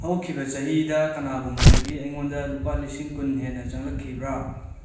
ꯍꯧꯈꯤꯕ ꯆꯍꯤꯗ ꯀꯅꯥꯒꯨꯝꯕꯗꯒꯤ ꯑꯩꯉꯣꯟꯗ ꯂꯨꯄꯥ ꯂꯤꯁꯤꯡ ꯀꯨꯟ ꯍꯦꯟꯅ ꯆꯪꯂꯛꯈꯤꯕ꯭ꯔꯥ